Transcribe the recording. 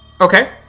Okay